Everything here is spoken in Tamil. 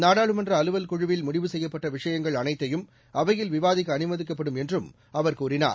நாடாளுமன்ற அலுவல் குழுவில் முடிவு செய்யப்பட்ட விஷயங்கள் அனைத்தையும் அவையில் விவாதிக்க அனுமதிக்கப்படும் என்றும் அவர் கூறினார்